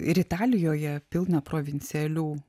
ir italijoje pilna provincialių